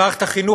במערכת החינוך,